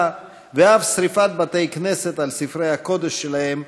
ואף שרפת בתי-כנסת על ספרי הקודש שלהם,